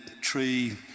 tree